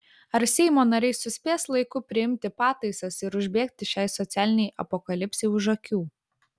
ar seimo nariai suspės laiku priimti pataisas ir užbėgti šiai socialinei apokalipsei už akių